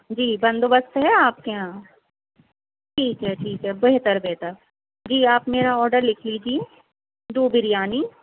جی بندوبست ہے آپ کے یہاں ٹھیک ہے ٹھیک ہے بہتر بہتر جی آپ میرا آرڈر لکھ لیجیے دو بریانی